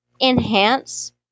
enhance